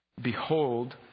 Behold